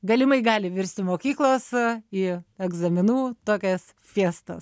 galimai gali virsti mokyklos į egzaminų tokias fiestas